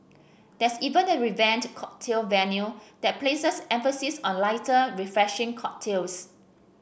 there's even a revamped cocktail menu that places emphasis on lighter refreshing cocktails